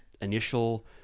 initial